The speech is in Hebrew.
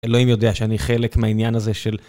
אלוהים יודע שאני חלק מהעניין הזה של...